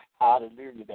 Hallelujah